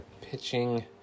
pitching